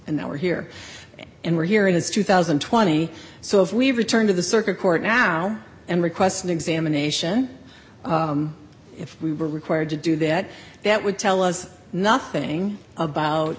an hour here and we're here in his two thousand and twenty so if we return to the circuit court now and request an examination if we were required to do that that would tell us nothing about